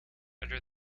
under